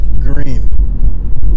green